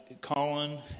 Colin